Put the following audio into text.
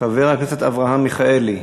חבר הכנסת אברהם מיכאלי,